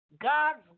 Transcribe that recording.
God's